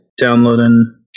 Downloading